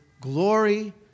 glory